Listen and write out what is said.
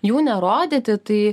jų nerodyti tai